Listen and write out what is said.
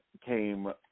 came